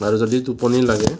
আৰু যদি টোপনি লাগে